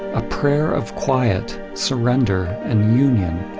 a prayer of quiet, surrender and union,